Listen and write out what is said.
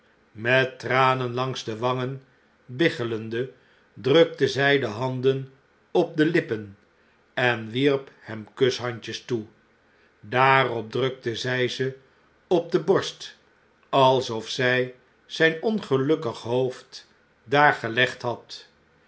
met tranen langs de wangen biggelende drukte zg de handen op de lippen en wierp hem kushandjes toe daarop drukte zg ze op de borst alsof zij zijn ongelukkig hoofd daar gelegd had